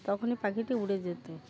তখনই পাখিটি উড়ে যেত